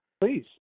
Please